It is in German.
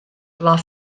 war